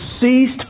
ceased